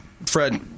Fred